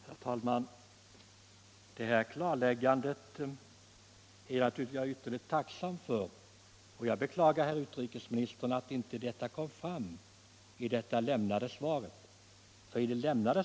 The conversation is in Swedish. Herr talman! Det här klarläggandet är jag ytterligt tacksam för, och jag beklagar att det inte kom fram i det skriftliga svar som herr utrikesministern lämnade.